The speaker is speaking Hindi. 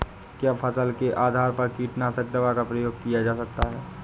क्या फसल के आधार पर कीटनाशक दवा का प्रयोग किया जाता है?